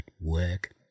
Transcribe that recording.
work